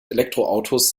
elektroautos